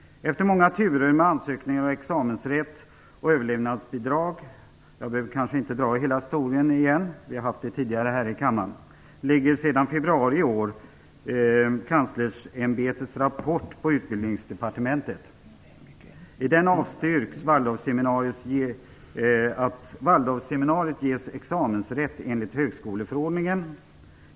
Efter många turer med ansökningar, examensrätt och överlevnadsbidrag - jag behöver kanske inte dra hela historien igen; vi har ju haft detta uppe tidigare här i kammaren - ligger sedan februari i år Kanslersämbetets rapport på Utbildningsdepartementet. I den avstyrks att Waldorfseminariet ges examensrätt enligt högskoleförordningen.